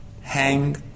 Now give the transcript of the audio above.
hang